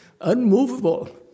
unmovable